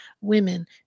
women